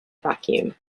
vacuum